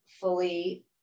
fully